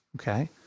Okay